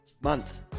month